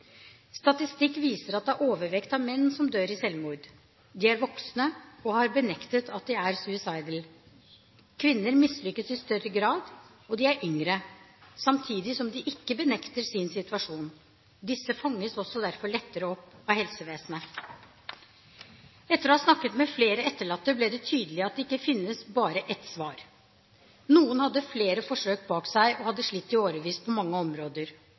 Statistikk viser at det er overvekt av menn som dør i selvmord – de er voksne og har benektet at de er suicidale. Kvinner mislykkes i større grad, og de er yngre, samtidig som de ikke benekter sin situasjon. Disse fanges også derfor lettere opp av helsevesenet. Etter å ha snakket med flere etterlatte ble det tydelig at det ikke finnes bare ett svar. Noen hadde flere forsøk bak seg og hadde slitt i årevis på mange områder.